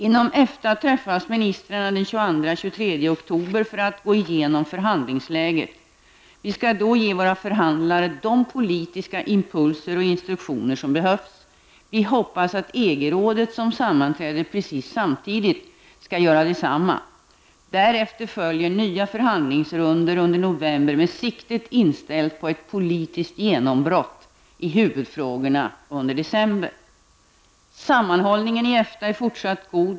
Inom EFTA träffas ministrarna den 22--23 oktober för att gå igenom förhandlingsläget. Vi skall då ge våra förhandlare de politiska impulser och instruktioner som behövs. Vi hoppas att EG rådet -- som sammanträder precis samtidigt -- skall göra detsamma. Därefter följer nya förhandlingsrundor under november med siktet inställt på ett politiskt genombrott i huvudfrågorna under december. Sammanhållningen i EFTA är fortsatt god.